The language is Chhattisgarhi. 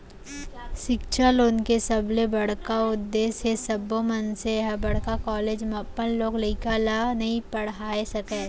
सिक्छा लोन के सबले बड़का उद्देस हे सब्बो मनसे ह बड़का कॉलेज म अपन लोग लइका ल नइ पड़हा सकय